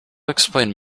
explain